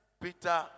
Peter